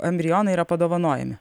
embrionai yra padovanojami